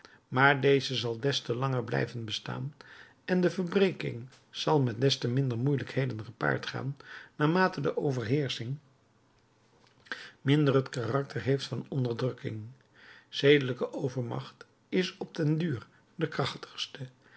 maar deze zal des te langer blijven bestaan en de verbreking zal met des te minder moeielijkheden gepaard gaan naar mate de overheersching minder het karakter heeft van onderdrukking zedelijke overmacht is op den duur de krachtigste